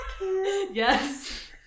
Yes